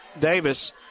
Davis